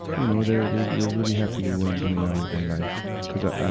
you know they're, they, they're really happy with what i'm doing now with my life. cuz, ah,